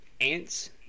ants